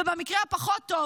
ובמקרה הפחות-טוב,